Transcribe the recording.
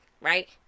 Right